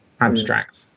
Abstract